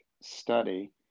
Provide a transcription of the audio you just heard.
study